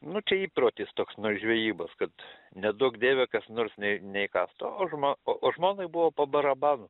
nu čia įprotis toks nuo žvejybos kad neduok dieve kas nors ne neįkąstų o žmo o žmonai buvo pa barabanu